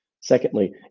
Secondly